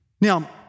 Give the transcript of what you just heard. Now